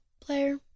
player